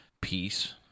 peace